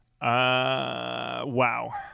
wow